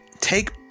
take